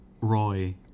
Roy